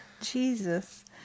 Jesus